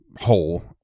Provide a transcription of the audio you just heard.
Whole